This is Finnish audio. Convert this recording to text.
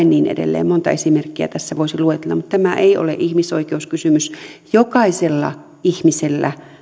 niin edelleen monta esimerkkiä tässä voisi luetella mutta tämä ei ole ihmisoikeuskysymys jokaisella ihmisellä